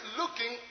looking